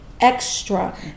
extra